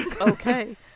okay